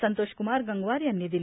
संतोष कुमार गंगवार यांनी दिली